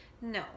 No